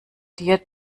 dir